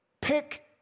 Pick